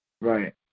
Right